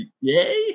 Yay